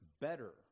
better